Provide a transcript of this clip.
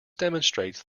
demonstrates